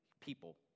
people